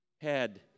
head